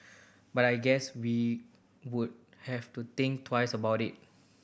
but I guess we would have to think twice about it